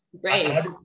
Great